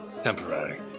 Temporary